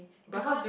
because